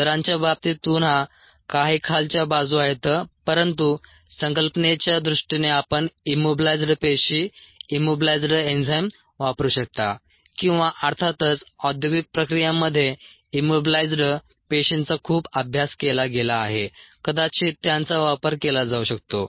दरांच्या बाबतीत पुन्हा काही खालच्या बाजू आहेत परंतु संकल्पनेच्या दृष्टीने आपण इम्मोबिलायइझ्ड पेशी इम्मोबिलायइझ्ड एन्झाइम वापरू शकता किंवा अर्थातच औद्योगिक प्रक्रियांमध्ये इम्मोबिलायइझ्ड पेशींचा खूप अभ्यास केला गेला आहे कदाचित त्यांचा वापर केला जाऊ शकतो